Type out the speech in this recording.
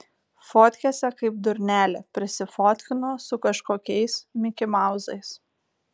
fotkėse kaip durnelė prisifotkino su kažkokiais mikimauzais